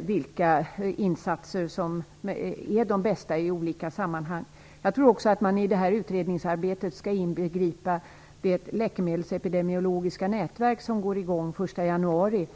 vilka insatser som är de bästa i olika sammanhang. Jag tror också att man i detta utredningsarbete skall inbegripa det läkemedelsepidemiologiska nätverk som skall inrättas den 1 januari.